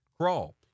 Crawl